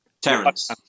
Terence